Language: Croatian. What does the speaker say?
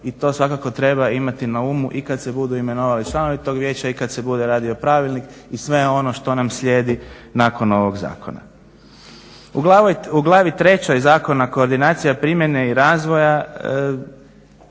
i to svakako treba imati na umu i kad se budu imenovali članovi tog vijeća i kad se bude radio pravilnik i sve ono što nam slijedi nakon ovog zakona. U glavi 3. Zakona koordinacija primjene i razvoja